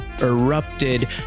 erupted